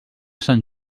sant